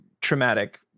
traumatic